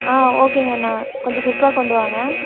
ஆ ஓகேங்கண்ணா கொஞ்சம் குயிக்காக கொண்டு வாங்க